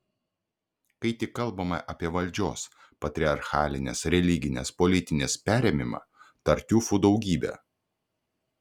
kai tik kalbama apie valdžios patriarchalinės religinės politinės perėmimą tartiufų daugybė